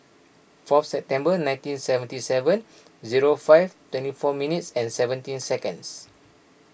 four September nineteen seventy seven zero five twenty four minutes and seventeen seconds